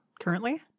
currently